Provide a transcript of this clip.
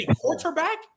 quarterback